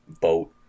boat